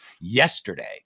Yesterday